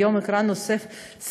היום הקרנו סרט,